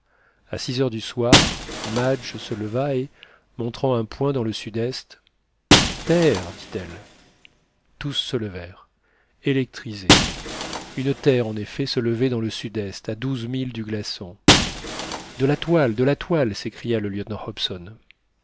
à six heures du soir madge se leva et montrant un point dans le sud-est terre dit-elle tous se levèrent électrisés une terre en effet se levait dans le sud-est à douze milles du glaçon de la toile de la toile s'écria le lieutenant hobson